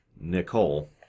Nicole